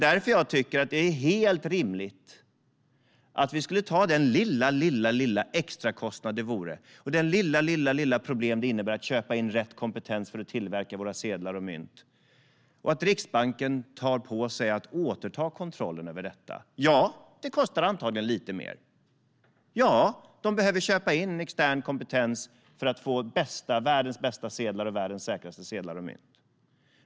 Därför är det helt rimligt att vi tar den lilla extrakostnad och det lilla problem det innebär att köpa in rätt kompetens för att tillverka våra sedlar och mynt och att Riksbanken återtar kontrollen över detta. Ja, det kostar antagligen lite mer. Ja, de behöver köpa in extern kompetens för att få världens bästa och säkraste sedlar och mynt.